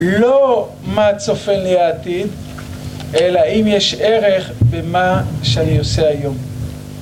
לא מה צופה לי העתיד אלא אם יש ערך במה שאני עושה היום.